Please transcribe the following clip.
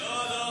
לא, לא.